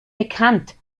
bekannt